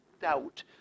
doubt